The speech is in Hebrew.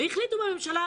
והחליטו בממשלה,